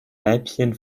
weibchen